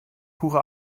pure